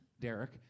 Derek